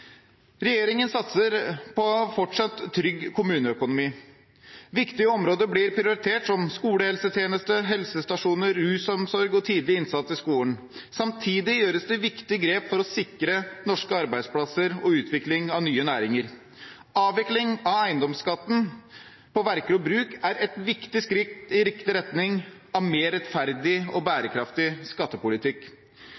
Regjeringen satser på en fortsatt trygg kommuneøkonomi. Viktige områder blir prioritert, som skolehelsetjeneste, helsestasjoner, rusomsorg og tidlig innsats i skolen. Samtidig gjøres det viktige grep for å sikre norske arbeidsplasser og utvikling av nye næringer. Avvikling av eiendomsskatten for verk og bruk er et viktig skritt i retning av en mer rettferdig og